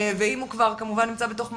ואם הוא כבר כמובן נמצא בתוך מערכת,